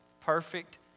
perfect